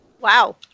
Wow